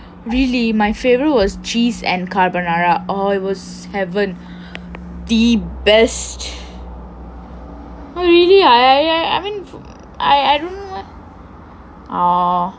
really my favorite was cheese and carbonara ah it was heaven the best oh really ah I I don't want